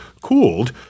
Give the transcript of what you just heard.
cooled